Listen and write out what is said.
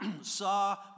saw